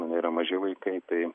nėra maži vaikai tai